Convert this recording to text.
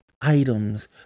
Items